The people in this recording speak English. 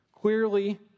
clearly